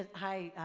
hi,